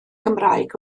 gymraeg